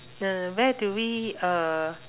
the where do we uh